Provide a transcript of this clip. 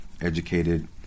educated